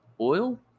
Oil